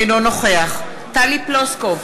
אינו נוכח טלי פלוסקוב,